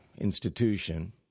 institution